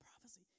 prophecy